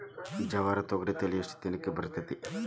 ಜವಾರಿ ತೊಗರಿ ತಳಿ ಎಷ್ಟ ದಿನಕ್ಕ ಬರತೈತ್ರಿ?